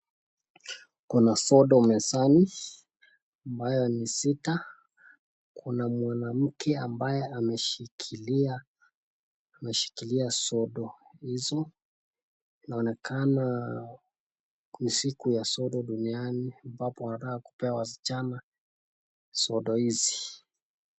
Kuna sodo mezani ambayo ni sita . Kuna mwanamke ambaye ameshikilia sodo hizo. Inaonekana ni siku ya sodo duniani ambapo anataka kupea wasichana sodo hizi.